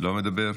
לא מדבר?